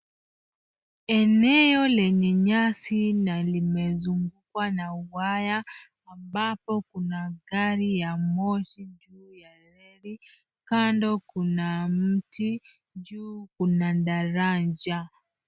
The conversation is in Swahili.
Eneo lenye nyasi na limezungukwa na waya ambapo kuna gari ya moshi juu ya reli. Kando kuna mti. Juu kuna daraja.